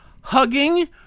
hugging